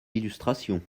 l’illustration